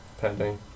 Pending